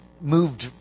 moved